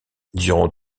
durant